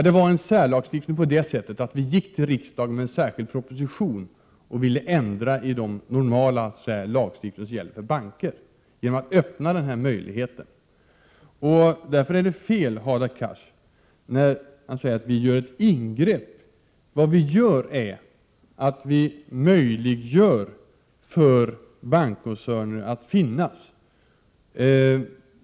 Det var en särlagstiftning på det sättet att vi gick till riksdagen med en särskild proposition och ville ändra i den normala lagstiftningen för banker genom att öppna den möjlighet som den nya lagen ger. Därför är det fel när Hadar Cars säger att vi har gjort ingrepp. Vi har möjliggjort för bankkoncerner att finnas till.